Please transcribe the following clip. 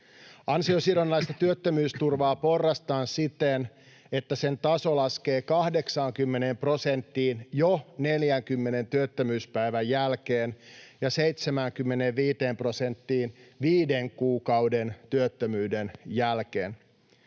Ansiosidonnaista työttömyysturvaa porrastetaan siten, että sen taso laskee 80 prosenttiin jo 40 työttömyyspäivän jälkeen ja 75 prosenttiin viiden kuukauden työttömyyden jälkeen.